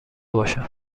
باشم